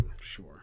Sure